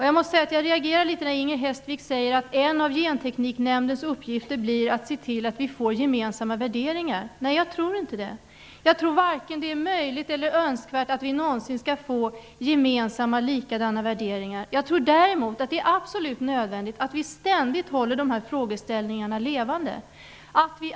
Jag måste säga att jag reagerar när Inger Hestvik säger att en av Gentekniknämndens uppgifter blir att se till att vi får gemensamma värderingar. Det tror inte jag. Jag tror varken att det är möjligt eller önskvärt att vi någonsin skall få gemensamma, likadana värderingar. Jag tror däremot att det är absolut nödvändigt att vi ständigt håller dessa frågeställningar levande.